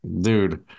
Dude